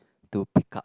to pick up